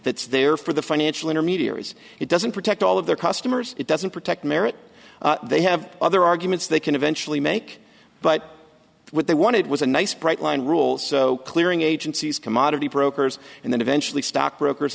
that's there for the financial intermediaries it doesn't protect all of their customers it doesn't protect merit they have other arguments they can eventually make but what they wanted was a nice bright line rules so clearing agencies commodity brokers and then eventually stock brokers